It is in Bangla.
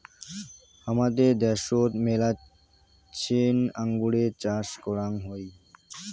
হামাদের দ্যাশোত মেলাছেন আঙুরের চাষ করাং হই